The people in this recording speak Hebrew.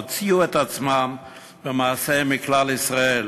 הוציאו את עצמם במעשה מכלל ישראל,